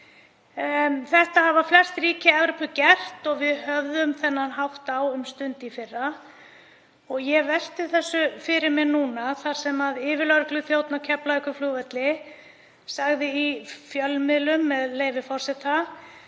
Þetta hafa flest ríki Evrópu gert og við höfðum þennan hátt á um stund í fyrra. Ég velti þessu fyrir mér núna þar sem yfirlögregluþjónn á Keflavíkurflugvelli sagði í fjölmiðlum, með leyfi forseta: